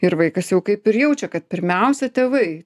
ir vaikas jau kaip ir jaučia kad pirmiausia tėvai